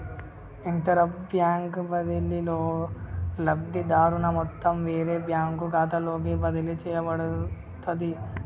interbank బదిలీలో, లబ్ధిదారుని మొత్తం వేరే బ్యాంకు ఖాతాలోకి బదిలీ చేయబడుతది